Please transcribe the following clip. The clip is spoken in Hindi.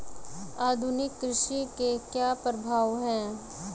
आधुनिक कृषि के क्या प्रभाव हैं?